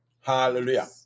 Hallelujah